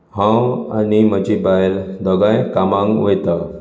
हांव आनी म्हजी बायल दोगांय कामाक वयतात